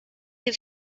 have